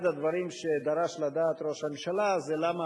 אחד הדברים שדרש לדעת ראש הממשלה זה למה